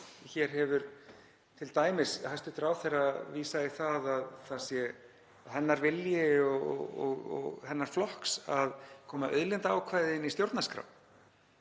Hér hefur t.d. hæstv. ráðherra vísað í það að það sé hennar vilji og hennar flokks að koma auðlindaákvæði inn í stjórnarskrá